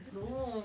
don't